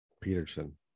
Peterson